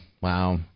Wow